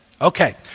Okay